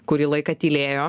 kurį laiką tylėjo